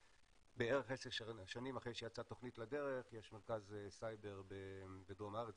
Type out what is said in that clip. בערך עשר שנים אחרי שהתוכנית יצאה לדרך יש מרכז סייבר בדרום הארץ,